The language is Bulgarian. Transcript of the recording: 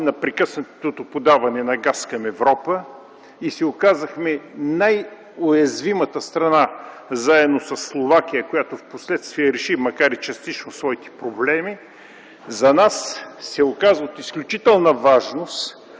на прекъснатото подаване на газ към Европа и се оказахме най-уязвимата страна заедно със Словакия, която впоследствие реши макар и частично своите проблеми, за нас се оказа от изключителна важност